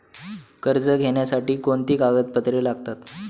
कर्ज घेण्यासाठी कोणती कागदपत्रे लागतात?